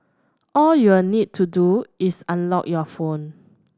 all you'll need to do is unlock your phone